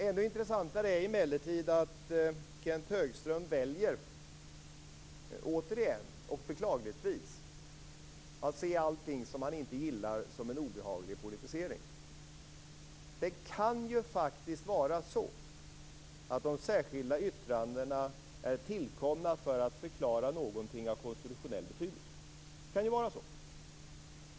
Ännu intressantare är emellertid att Kenth Högström återigen - beklagligtvis - väljer att se allt som han inte gillar som en obehaglig politisering. Det kan ju faktiskt vara så att de särskilda yttrandena är tillkomna för att förklara något av konstitutionell betydelse. Det kan vara så.